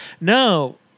No